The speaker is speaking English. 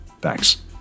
Thanks